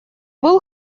был